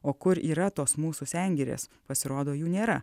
o kur yra tos mūsų sengirės pasirodo jų nėra